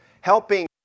helping